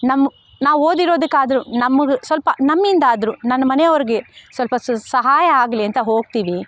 ನಮ್ಮ ನಾವು ಓದಿರೋದಕ್ಕಾದರು ನಮಗೆ ಸ್ವಲ್ಪ ನಮ್ಮಿಂದಾದರು ನನ್ನ ಮನೆಯವರಿಗೆ ಸ್ವಲ್ಪ ಸಹಾಯ ಆಗಲಿ ಅಂತ ಹೋಗ್ತೀವಿ